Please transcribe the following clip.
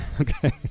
Okay